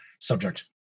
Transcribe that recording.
subject